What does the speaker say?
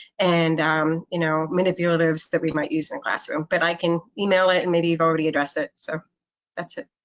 and um you know, manipulatives that we might use in classroom. but i can email it and maybe you've already addressed it. so that's it.